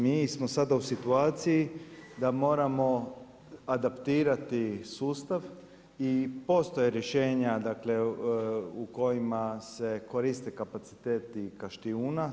Mi smo sada u situaciji da moramo adaptirati sustav i postoje rješenja u kojima se koriste kapaciteti Kaštijuna.